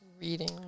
Reading